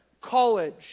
college